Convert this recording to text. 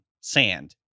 sand